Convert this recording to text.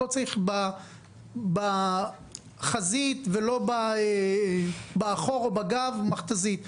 לא צריך בחזית ולא באחור או בגב מכת"זית.